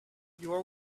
your